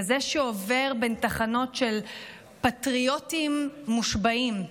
כזה שעובר בין תחנות של פטריוטים מושבעים: